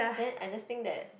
then I just think that